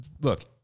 Look